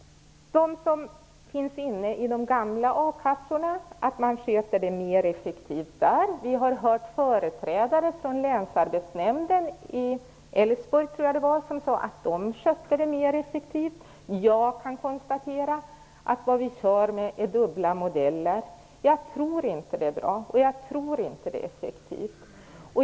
De som finns inne i de gamla akassorna hävdar att man sköter det mer effektivt där. Vi har hört en företrädare för Länsarbetsnämnden i Älvsborg som sade att man skötte det mer effektivt så. Jag kan konstatera att vi kör med dubbla modeller. Jag tror inte att det är bra. Jag tror inte att det är effektivt.